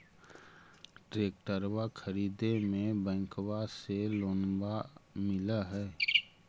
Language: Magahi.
ट्रैक्टरबा खरीदे मे बैंकबा से लोंबा मिल है?